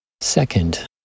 Second